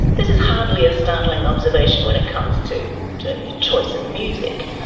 this is hardly a startling observation when it comes to, say, choice of music.